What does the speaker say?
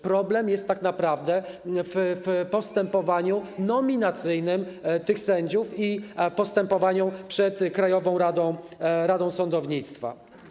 Problem jest tak naprawdę w postępowaniu nominacyjnym tych sędziów i postępowanie przed Krajową Radą Sądownictwa.